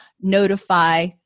notify